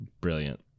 Brilliant